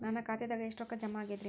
ನನ್ನ ಖಾತೆದಾಗ ಎಷ್ಟ ರೊಕ್ಕಾ ಜಮಾ ಆಗೇದ್ರಿ?